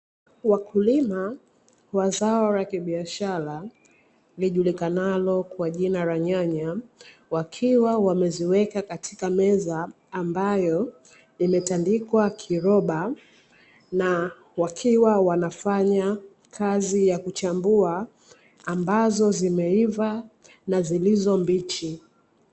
Wakulima wa zao la kibiashara lijulikanalo kama nyanya wakiwa wameziweka katika meza, ambayo imetandikwa kiroba na wakiwa wanafanya kazi ya kuchambua, ambazo zimeiva na zilizo mbichi.